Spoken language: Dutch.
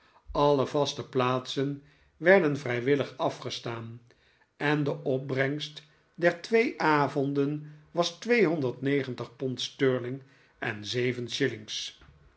alle vaste plaatsen werden vrijwillig afgestaan er de opbrengst der nachtelijke tochten twee avonden was pond sterling en